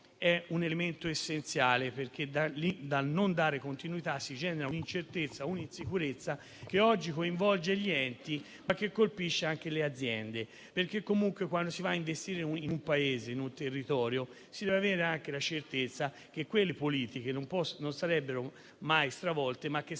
è un elemento essenziale. Infatti, dalla mancanza di continuità si generano un'incertezza e un'insicurezza che oggi coinvolgono gli enti, ma che colpiscono anche le aziende, perché comunque, quando si va a investire in un Paese, in un territorio, si deve avere la certezza che le politiche non vengano mai stravolte, ma eventualmente